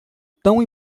tão